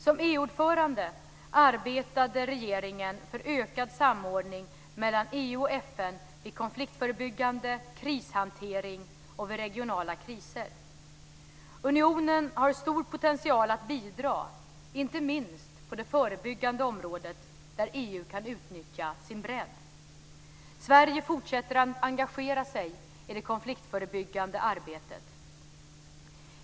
Som EU-ordförande arbetade regeringen för ökad samordning mellan EU och FN vid konfliktförebyggande, krishantering och regionala kriser. Unionen har stor potential att bidra, inte minst på det förebyggande området, där EU kan utnyttja sin bredd. Sverige fortsätter att engagera sig i det konfliktförebyggande arbetet.